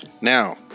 Now